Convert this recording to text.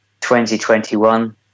2021